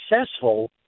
successful